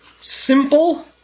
simple